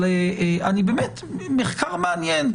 זה יכול להיות מחקר מעניין.